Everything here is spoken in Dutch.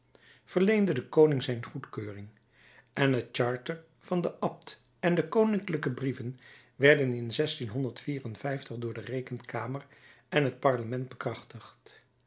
verleende de koning zijn goedkeuring en het charter van den abt en de koninklijke brieven werden in door de rekenkamer en het parlement bekrachtigd